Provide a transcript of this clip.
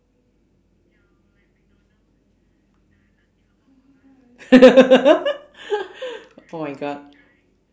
oh my god